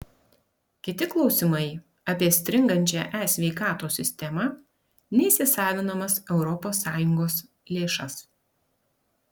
kiti klausimai apie stringančią e sveikatos sistemą neįsisavinamas europos sąjungos lėšas